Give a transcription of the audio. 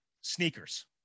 sneakers